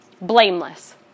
blameless